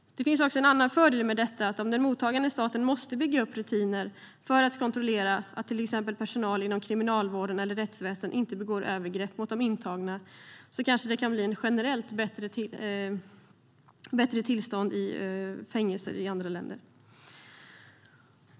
Det finns också en annan fördel med detta. Om den mottagande staten måste bygga upp rutiner för att kontrollera att till exempel personal inom kriminalvården eller rättsväsendet inte begår övergrepp mot de intagna kanske det kan bli ett bättre tillstånd generellt i fängelser i andra länder.